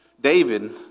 David